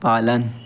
पालन